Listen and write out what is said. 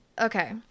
okay